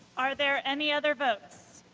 are there any other votes?